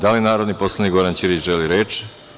Da li narodni poslanik Goran Ćirić želi reč?